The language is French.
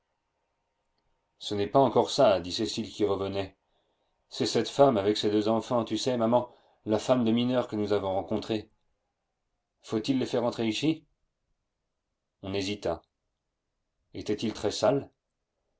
ce n'est pas encore ça dit cécile qui revenait c'est cette femme avec ses deux enfants tu sais maman la femme de mineur que nous avons rencontrée faut-il les faire entrer ici on hésita étaient-ils très sales